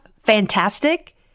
fantastic